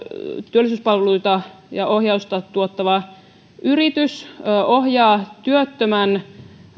työllisyyspalveluita ja ohjausta tuottava yritys ohjaa työttömän